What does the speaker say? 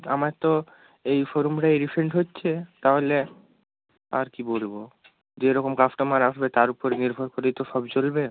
আমার তো এই শোরুমটা এই রিসেন্ট হচ্ছে তাহলে আর কী বলবো যেরকম কাস্টোমার আসবে তার উপর নির্ভর করেই তো সব চলবে